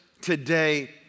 today